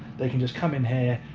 they can just come in here,